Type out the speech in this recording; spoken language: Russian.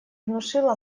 внушило